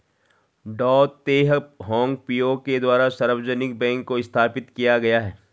डॉ तेह होंग पिओ के द्वारा सार्वजनिक बैंक को स्थापित किया गया है